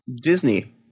Disney